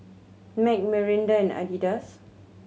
Mac Mirinda and Adidas